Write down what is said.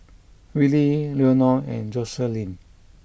Willie Leonore and Joselin